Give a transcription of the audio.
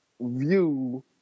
view